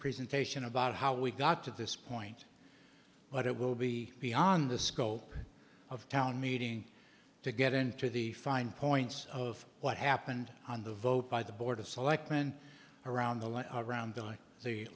presentation about how we got to this point but it will be beyond the scope of town meeting to get into the fine points of what happened on the vote by the board of selectmen around the letter around on the